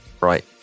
Right